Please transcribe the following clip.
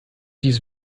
dies